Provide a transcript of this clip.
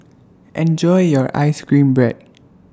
Enjoy your Ice Cream Bread